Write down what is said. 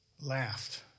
laughed